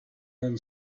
then